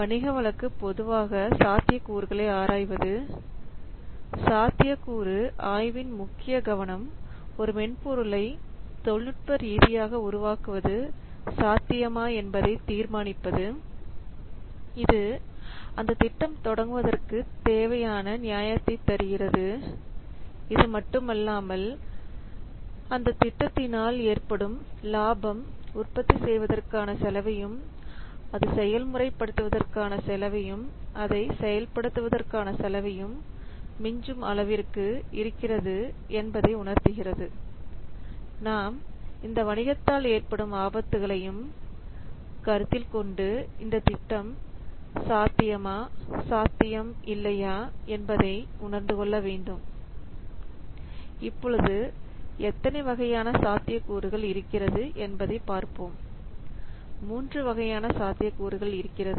வணிக வழக்கு பொதுவாக சாத்தியக்கூறுகளை ஆராய்வது சாத்தியக்கூறு ஆய்வின் முக்கிய கவனம் ஒரு மென்பொருளை தொழில்நுட்ப ரீதியாக உருவாக்குவது சாத்தியமா என்பதை தீர்மானிப்பது இது அந்த திட்டம் தொடங்குவதற்கு தேவையான நியாயத்தை தருகிறது இதுமட்டுமல்லாமல் அந்த திட்டத்தினால் ஏற்படும் லாபம் உற்பத்தி செய்வதற்கான செலவையும் அது செயல்முறை படுத்துவதற்கான செலவையும் அதை செயல்படுத்துவதற்கான செலவையும் மிஞ்சும் அளவிற்கு இருக்கிறது என்பதை உணர்த்துகிறது நாம் இந்த வணிகத்தால் ஏற்படும் ஆபத்துகளையும் கருத்தில் கொண்டு இந்த திட்டம் சாத்தியமா சாத்தியம் இல்லையா என்பதை உணர்ந்து கொள்ள வேண்டும் இப்பொழுது எத்தனை வகையான சாத்தியக்கூறுகள் இருக்கிறது என்பதை பார்ப்போம் மூன்று வகையான சாத்தியக்கூறுகள் இருக்கிறது